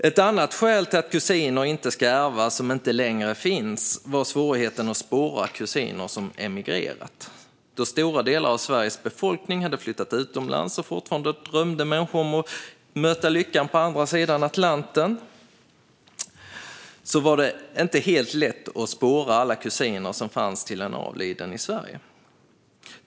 Ett annat skäl som inte längre finns till att kusiner inte ska ärva var svårigheten att spåra kusiner som emigrerat, då stora delar av Sveriges befolkning hade flyttat utomlands. Fortfarande drömde människor om att möta lyckan på andra sidan Atlanten. Då var det inte helt lätt att spåra alla kusiner till en avliden i Sverige.